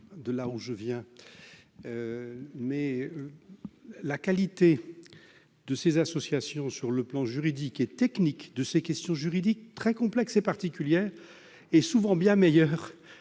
d'où je viens, mais la qualité de ces associations, sur le plan technique, à propos de questions juridiques très complexes et particulières, est souvent bien meilleure